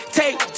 take